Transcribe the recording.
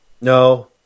No